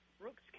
Brooks